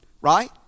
Right